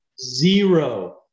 zero